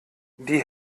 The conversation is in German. die